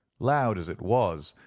loud as it was,